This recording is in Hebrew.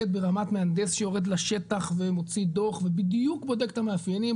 ברמת מהנדס שיורד לשטח ומוציא דוח ובדיוק בודק את המאפיינים.